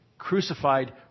crucified